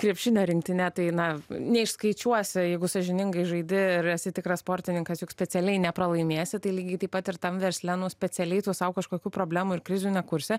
krepšinio rinktine tai na neišskaičiuosi jeigu sąžiningai žaidi ir esi tikras sportininkas juk specialiai nepralaimėsi tai lygiai taip pat ir tam versle nu specialiai tu sau kažkokių problemų ir krizių ne kursi